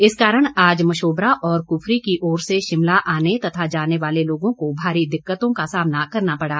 इस कारण आज मशोबरा और कुफरी की ओर से शिमला आने तथा जाने वाले लोगों को भारी दिक्कतों का सामना करना पड़ा